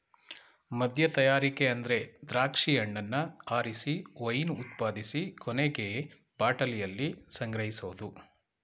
ಮದ್ಯತಯಾರಿಕೆ ಅಂದ್ರೆ ದ್ರಾಕ್ಷಿ ಹಣ್ಣನ್ನ ಆರಿಸಿ ವೈನ್ ಉತ್ಪಾದಿಸಿ ಕೊನೆಗೆ ಬಾಟಲಿಯಲ್ಲಿ ಸಂಗ್ರಹಿಸೋದು